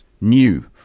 new